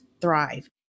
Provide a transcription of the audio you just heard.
thrive